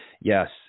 Yes